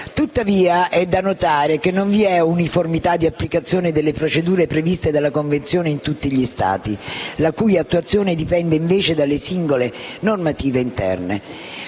Tuttavia, è da notare che non vi è uniformità di applicazione delle procedure previste dalla Convenzione in tutti gli Stati, la cui attuazione dipende invece dalle singole normative interne.